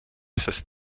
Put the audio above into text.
sest